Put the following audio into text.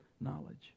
knowledge